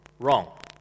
Wrong